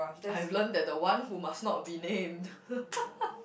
I've learn that the one who must not be named